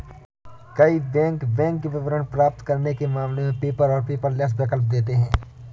कई bank bank विवरण प्राप्त करने के मामले में पेपर और पेपरलेस विकल्प देते हैं